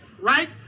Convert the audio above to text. right